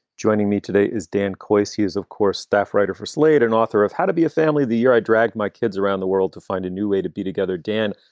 joining me today is dan kois. he is, of course, staff writer for slate and author of how to be a family the year i dragged my kids around the world to find a new way to be together dan.